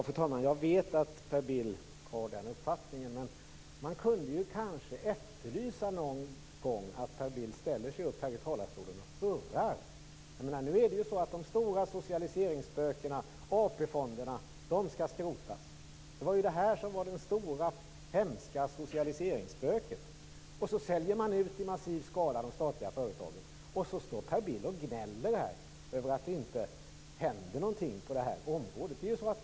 Fru talman! Jag vet att Per Bill har den uppfattningen. Man kunde kanske någon gång efterlysa att Per Bill skulle ställa sig i talarstolen och hurra. Nu skall ju de stora och hemska socialiseringsspökena AP-fonderna skrotas. Dessutom säljer man i massiv skala ut de statliga företagen. Ändå står Per Bill här och gnäller över att det inte händer någonting på det här området.